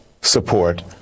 support